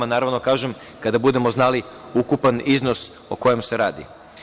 Naravno, kada budemo znali ukupan iznos o kojem se radi.